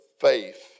faith